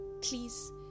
please